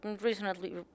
Recently